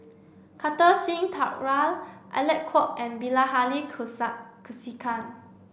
Kartar Singh Thakral Alec Kuok and Bilahari Kausikan